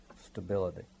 stability